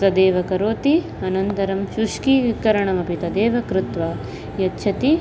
तदेव करोति अनन्तरं शुष्कीकरणमपि तदेव कृत्वा यच्छति